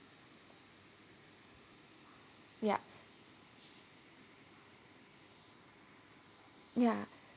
ya ya